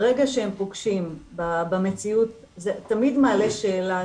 ברגע שהם פוגשים במציאות, זה תמיד מעלה שאלה.